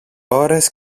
ώρες